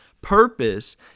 Purpose